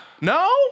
No